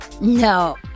No